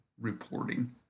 reporting